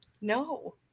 no